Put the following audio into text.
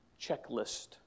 checklist